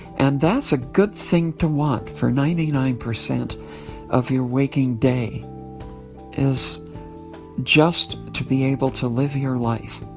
and that's a good thing to watch for ninety nine percent of your waking day is just to be able to live your life,